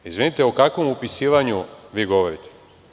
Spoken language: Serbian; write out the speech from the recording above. Izvinite, o kakvom upisivanju vi govorite?